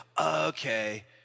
okay